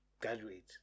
graduate